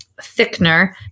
thickener